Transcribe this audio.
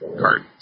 card